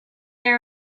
are